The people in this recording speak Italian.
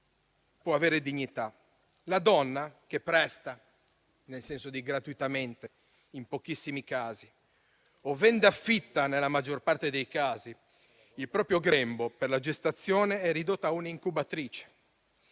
può avere dignità. La donna che presta gratuitamente, in pochissimi casi, o vende o affitta, nella maggior parte dei casi, il proprio grembo per la gestazione è ridotta a un'incubatrice,